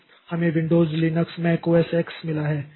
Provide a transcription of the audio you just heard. तो हमें Windows Linux Mac OS X मिला है